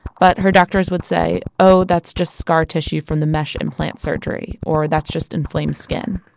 but her doctors would say, oh, that's just scar tissue from the mesh implant surgery, or that's just inflamed skin.